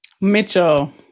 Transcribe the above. Mitchell